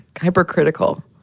hypercritical